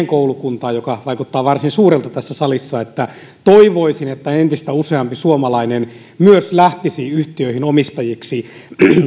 koulukuntaan joka vaikuttaa varsin suurelta tässä salissa että toivoisin että myös entistä useampi suomalainen lähtisi yhtiöihin omistajiksi